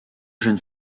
jeunes